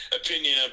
opinion